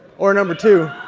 or number two,